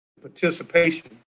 participation